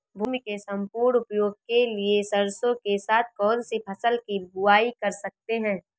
भूमि के सम्पूर्ण उपयोग के लिए सरसो के साथ कौन सी फसल की बुआई कर सकते हैं?